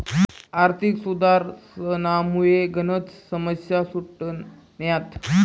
आर्थिक सुधारसनामुये गनच समस्या सुटण्यात